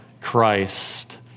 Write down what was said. Christ